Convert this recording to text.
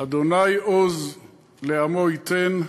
"ה' עֹז לעמו יתן,